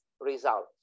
result